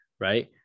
Right